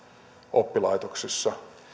oppilaitoksissa